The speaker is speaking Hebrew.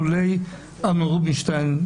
לולא אמנון רובינשטיין,